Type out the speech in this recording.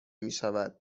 میشود